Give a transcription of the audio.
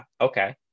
okay